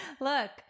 Look